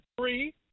three